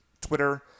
Twitter